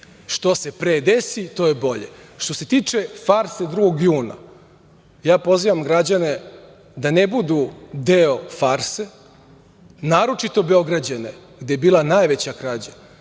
Što se pre desi to je bolje. Što se tiče farse 2. juna, ja pozivam građane da ne budu deo farse, naročito Beograđane gde je bila najveća krađa,